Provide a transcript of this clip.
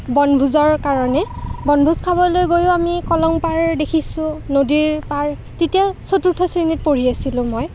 বনভোজৰ কাৰণে বনভোজ খাবলৈ গৈও আমি কলংপাৰ দেখিছোঁ নদীৰ পাৰ তেতিয়া চতুৰ্থ শ্ৰেণীত পঢ়ি আছিলোঁ মই